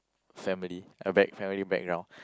family a back~ family background